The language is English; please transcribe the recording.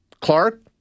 Clark